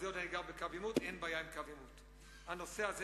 אז היות שאני גר בקו העימות,